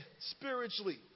spiritually